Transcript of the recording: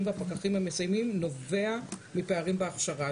והפקחים המסייעים נובע מפערים בהכשרה.